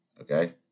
Okay